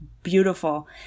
beautiful